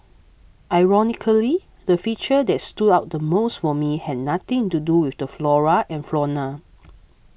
ironically the feature that stood out the most for me had nothing to do with the flora and fauna